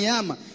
ama